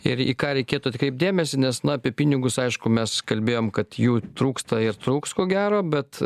ir į ką reikėtų atkreipt dėmesį nes na apie pinigus aišku mes kalbėjom kad jų trūksta ir trūks ko gero bet